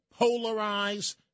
polarize